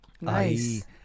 Nice